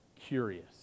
curious